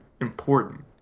important